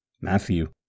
Matthew